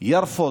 דוחה